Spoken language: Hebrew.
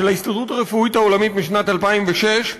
של ההסתדרות הרפואית העולמית משנת 2006,